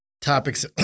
topics